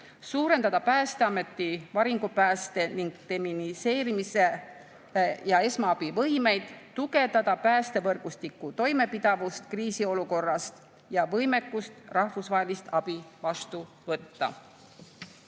suurendada Päästeameti varingupääste, demineerimise ja esmaabi võimet; tugevdada päästevõrgustiku toimepidevust kriisiolukorras ja võimekust rahvusvahelist abi vastu võtta;